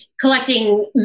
collecting